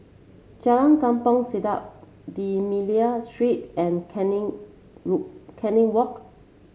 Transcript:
Jalan Kampong Siglap D'Almeida Street and Canning Canning Walk